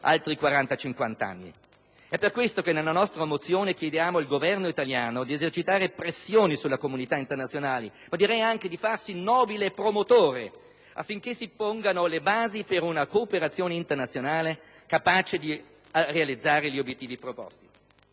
altri 40-50 anni. Per questo nella nostra mozione chiediamo al Governo italiano di esercitare pressioni sulla comunità internazionale e di farsi nobile promotore affinché si pongano le basi per una cooperazione internazionale capace di realizzare gli obiettivi proposti.